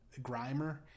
Grimer